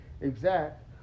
exact